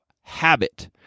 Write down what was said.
habit